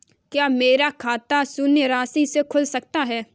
क्या मेरा खाता शून्य राशि से खुल सकता है?